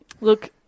Look